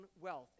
wealth